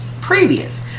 previous